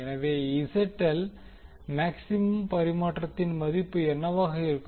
எனவே ZL maximum பரிமாற்றத்தின் மதிப்பு என்னவாக இருக்கும்